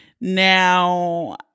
Now